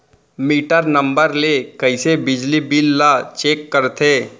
Metre number ले कइसे बिजली बिल ल चेक करथे?